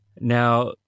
Now